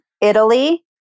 Italy